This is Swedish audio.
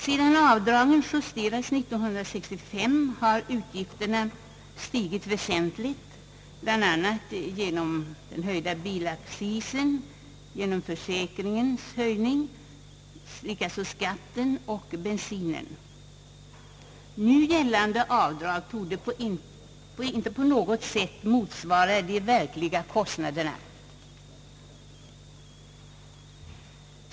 Sedan avdragen justerades 1965 har utgifterna stigit väsentligt, bl.a. genom den höjda bilaccisen, genom höjningen av försäkringspremien, liksom även höjningen av skatten och priset på bensin. Nu gällande avdrag torde inte på något sätt motsvara de verkliga kostnaderna.